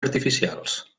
artificials